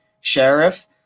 sheriff